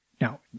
Now